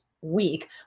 week